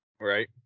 Right